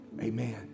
Amen